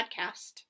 podcast